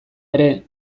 ere